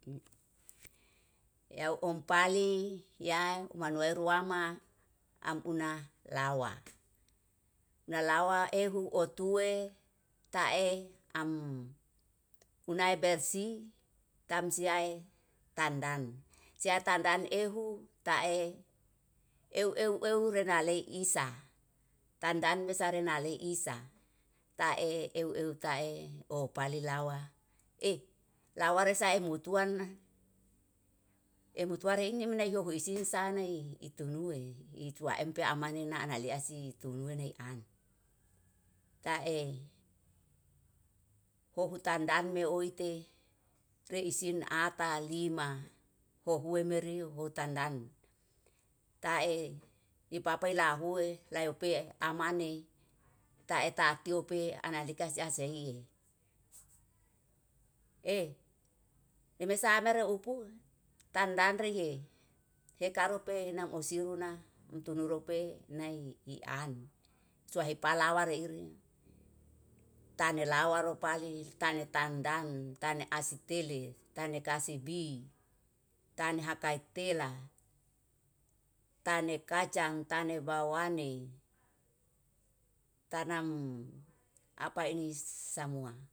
Eau om pali ya umanueru wama am una lawa, nalawa ehu otuwe tae am unai bersi tamsi ae tandan. Sia tandan ehu tae euw euw euw rena lei isa, tandan besarena lei isa tae tae euw euw tae opali lawa. Eh lawaresa emutuan emutua reini mene ieuhu isane itunue, itua empe amane na nalia si tulune an. Tae hohu tandan meoite reisin ata lima, hohue mereu ho tandan tae ipapa lahue layopee amane taeta kyope analika siahsehie. Eh remesa mereupu tandan rie hekarope nam usiru na nitu norope nai di an, suhae palawa leire tane lawa rupali tane tandan, tane asiteli, tane kasibi, tenae hakaitela, tane kacang, tane bawane, tanam apa ini samua.